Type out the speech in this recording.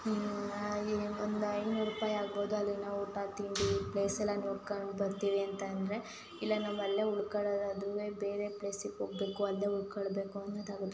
ಹೀಗಾಗಿ ಒಂದು ಐನೂರು ರೂಪಾಯಿ ಆಗ್ಬೋದು ಅಲ್ಲಿನ ಊಟ ತಿಂಡಿ ಪ್ಲೇಸ್ ಎಲ್ಲ ನೋಡ್ಕೊಂಡು ಬರ್ತೀವಿ ಅಂತ ಅಂದರೆ ಇಲ್ಲ ನೀವು ಅಲ್ಲಿಯೇ ಉಳ್ಕೊಳ್ಳೋದಾದ್ರೂ ಬೇರೆ ಪ್ಲೇಸಿಗೆ ಹೋಗ್ಬೇಕು ಅಲ್ಲಿಯೇ ಉಳ್ಕೊಳ್ಬೇಕು ಅಂತಾದ್ರೂ